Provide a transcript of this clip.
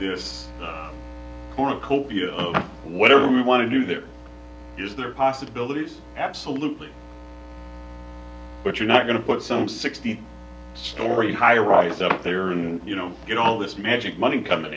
this cornucopia of whatever we want to do there is there are possibilities absolutely but you're not going to put some sixty story highrise up there on you know get all this magic money coming